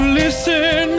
listen